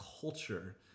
culture